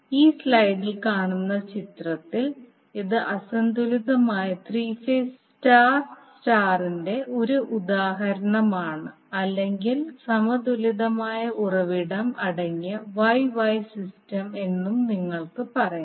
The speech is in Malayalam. ഈ സ്ലൈഡിൽ കാണുന്ന ചിത്രത്തിൽ ഇത് അസന്തുലിതമായ ത്രീ ഫേസ് സ്റ്റാർ സ്റ്റാറിന്റെ ഒരു ഉദാഹരണമാണ് അല്ലെങ്കിൽ സമതുലിതമായ ഉറവിടം അടങ്ങിയ Y Y സിസ്റ്റം എന്നും നിങ്ങൾക്ക് പറയാം